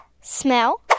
smell